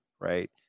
Right